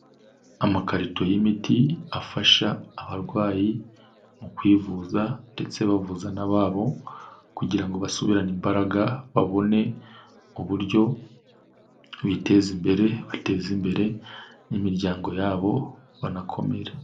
Amakarito y'imiti, afasha abarwayi, mu kwivuza ndetse bavuza n'ababo, kugira ngo basubirane imbaraga, babone uburyo, biteza imbere, bateza imbere n'imiryango yabo, banakomere.